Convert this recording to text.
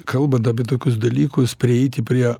kalbant apie tokius dalykus prieiti prie